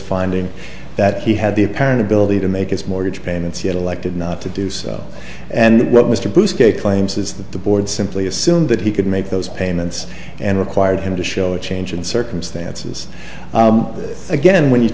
finding that he had the apparent ability to make his mortgage payments yet elected not to do so and what mr bruce kaye claims is that the board simply assumed that he could make those payments and required him to show a change in circumstances again when you